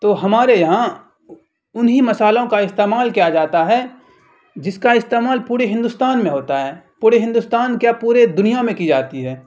تو ہمارے یہاں انہیں مسالوں کا استعمال کیا جاتا ہے جس کا استعمال پورے ہندوستان میں ہوتا ہے پورے ہندوستان کیا پورے دنیا میں کی جاتی ہے